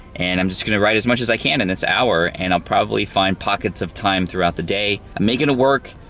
and i'm just gonna write as much as i can in this hour, and i'll probably find pockets of time throughout the day. i'm makin' it work.